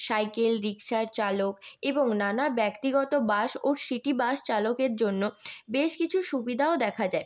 cycle রিক্সার চালক এবং নানান ব্যক্তিগত বাস এবং সিটি বাস চালকের জন্য বেশ কিছু সুবিধাও দেখা যায়